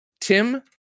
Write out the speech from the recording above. Tim